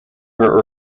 her